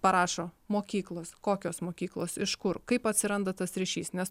parašo mokyklos kokios mokyklos iš kur kaip atsiranda tas ryšys nes